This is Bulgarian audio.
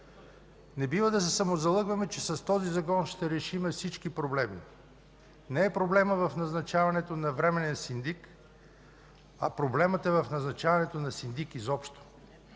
Не бива да се самозалъгваме, че с този Закон ще решим всички проблеми. Не е проблемът в назначаването на временен синдик, а проблемът е в назначаването на синдик изобщо.